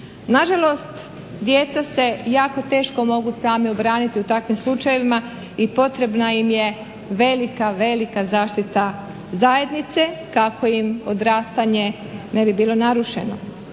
Nažalost, djeca se jako teško mogu sami obraniti u takvim slučajevima i potrebna im je velika, velika zaštita zajednice kako im odrastanje ne bi bilo narušeno.